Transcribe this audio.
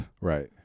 right